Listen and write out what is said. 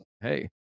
Hey